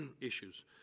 issues